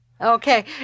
Okay